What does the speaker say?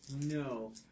No